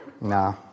Nah